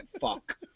fuck